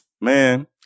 Man